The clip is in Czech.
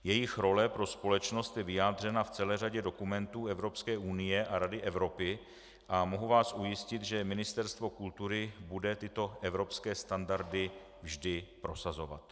Jejich role pro společnost je vyjádřena v celé řadě dokumentů Evropské unie a Rady Evropy a mohu vás ujistit, že Ministerstvo kultury bude tyto evropské standardy vždy prosazovat.